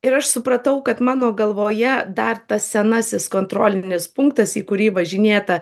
ir aš supratau kad mano galvoje dar tas senasis kontrolinis punktas į kurį važinėta